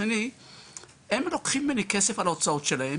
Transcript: דבר שני הם לוקחים ממני כסף על ההוצאות שלהם